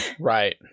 Right